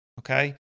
Okay